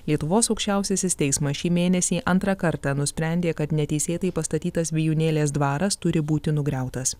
lietuvos aukščiausiasis teismas šį mėnesį antrą kartą nusprendė kad neteisėtai pastatytas vijūnėlės dvaras turi būti nugriautas